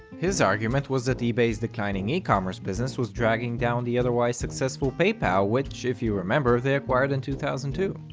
his argument was that ebay's declining e-commerce business was dragging down the otherwise successful paypal, which if you remember they're acquired in two thousand and two.